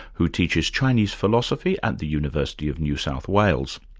who teaches chinese philosophy at the university of new south wales,